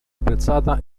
apprezzata